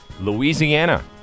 Louisiana